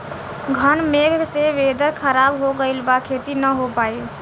घन मेघ से वेदर ख़राब हो गइल बा खेती न हो पाई